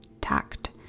tact